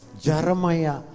Jeremiah